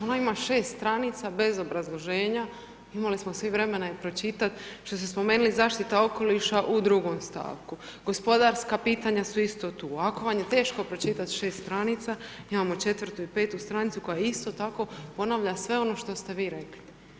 Ona ima 6 stranica bez obrazloženja, imali smo svi vremena je pročitat, što ste spomenuli zaštita okoliša u 2. st., gospodarska pitanja su isto tu, ako vam je teško pročitat 6 stranica, imamo 4. i 5. stranicu koja isto tako ponavlja sve ono što ste vi rekli.